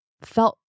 felt